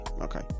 okay